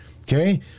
okay